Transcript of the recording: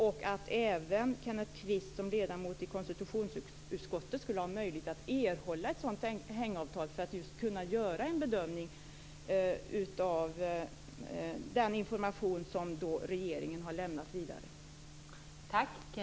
Och är det inte viktigt att också Kenneth Kvist som ledamot i konstitutionsutskottet skulle ha möjlighet att erhålla ett sådant hängavtal för att kunna göra en bedömning av den information som regeringen har lämnat vidare?